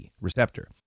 receptor